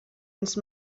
ens